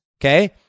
okay